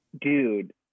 Dude